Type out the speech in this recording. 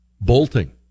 bolting